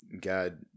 God